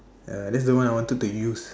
ya that's the one I wanted to use